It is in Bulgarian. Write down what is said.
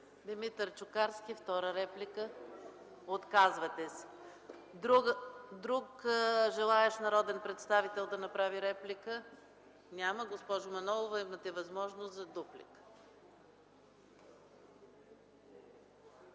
Димитър Чукарски – втора реплика. Отказвате се. Друг народен представител, желаещ да направи реплика? Няма. Госпожо Манолова, имате възможност за дуплика.